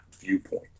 viewpoint